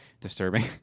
disturbing